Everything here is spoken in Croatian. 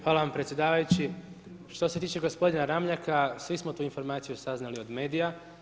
Hvala predsjedavajući, što se tiče gospodina Ramljaka, svi smo tu informaciju saznali od medija.